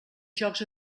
jocs